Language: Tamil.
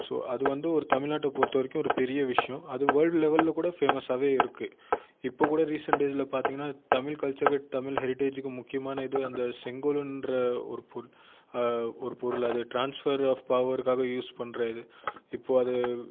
ஸோ அது வந்து ஒரு தமிழ்நாட்டை பொறுத்த வரைக்கும் ஒரு பெரிய விஷயம் அது வேர்ல்ட் லெவலில் கூட ஃபேமஸாகவே இருக்குது இப்போது கூட ரீசென்ட் டேஸ்சில் பார்த்தீங்கனா தமிழ் கல்ச்சர் தமிழ் ஹெரிட்டேஜூக்கு முக்கியமான இது அந்த செங்கோலுங்ற ஒரு பொருள் ஒரு பொருள் அது ட்ரான்ஸ்ஃபர் ஆஃப் பவருக்காக யூஸ் பண்ணுற இது இப்போது அது